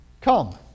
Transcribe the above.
come